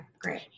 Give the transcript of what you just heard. great